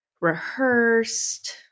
rehearsed